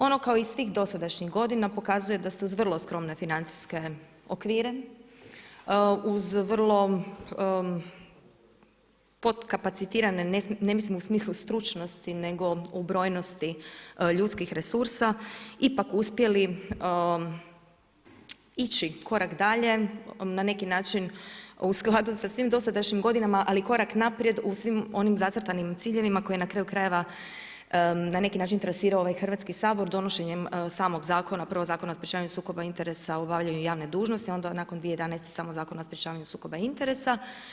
Ono kao i svih dosadašnjih godina pokazuje da s te uz vrlo skromne financijske okvire, uz vrlo pod kapacitirane, ne mislim u smislu stručnosti nego u brojnosti ljudskih resursa, ipak uspjeli ići korak dalje, na neki način u skladu sa svim dosadašnjim godinama, ali korak naprijed u svim onim zacrtanim ciljevima koje na kraju krajeva, na neki način interesira ovaj Hrvatski sabor donošenjem samog zakona, prvo Zakona o sprečavanju sukoba interesa u obavljanju javne dužnosti, onda nakon 2011. samo Zakon o sprečavanju sukoba interesa.